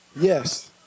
Yes